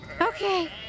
Okay